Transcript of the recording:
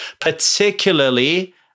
particularly